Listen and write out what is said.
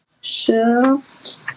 Shift